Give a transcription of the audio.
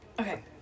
Okay